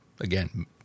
Again